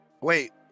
Wait